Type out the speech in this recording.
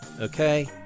Okay